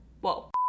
Whoa